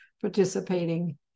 participating